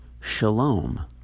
shalom